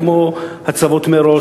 כמו הצבות מראש,